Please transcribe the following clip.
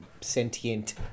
sentient